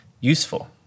useful